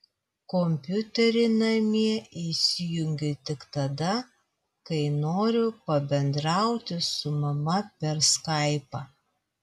kompiuterį namie įsijungiu tik tada kai noriu pabendrauti su mama per skaipą